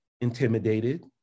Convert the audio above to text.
intimidated